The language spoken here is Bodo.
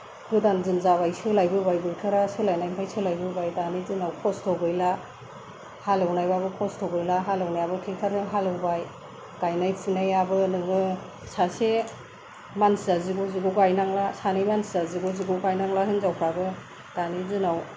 गोदान दिन जाबाय सोलायबोबाय बोथोरा सोलायनायनिफ्राय सोलायबोबाय दानि दिनाव खस्थ' गैला हालेवनायबाबो खस्थ' गैला हालेवनायाबो ट्रेक्टरजों हालेवबाय गायनाय फुनायाबो नोङो सासे मानसिया जिग' जिग' गायनांला सानै मानसिया जिग' जिग' गायनांला हिनजावफ्राबो दानि दिनाव